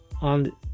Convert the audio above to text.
on